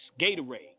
Gatorade